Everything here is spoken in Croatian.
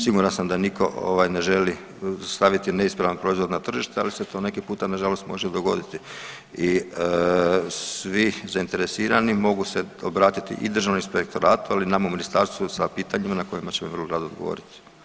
Siguran sam da niko ne želi staviti neispravan proizvod na tržište, ali se to neki puta nažalost može dogoditi i svi zainteresirani mogu se obratiti i Državnom inspektoratu, ali i nama u ministarstvu sa pitanjima na koje ćemo vrlo rado odgovoriti.